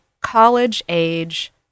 college-age